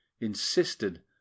insisted